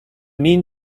mean